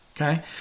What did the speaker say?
Okay